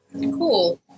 Cool